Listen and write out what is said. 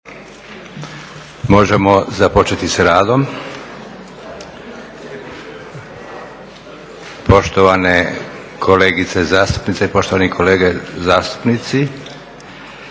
Možemo započeti s radom poštovane kolegice zastupnice i poštovani kolege zastupnici.